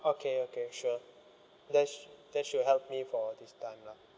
okay okay sure that's that's should help me for this time lah